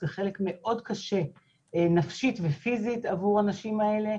זה חלק מאוד קשה נפשית ופיזית עבור הנשים האלה.